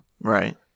Right